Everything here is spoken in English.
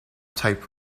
type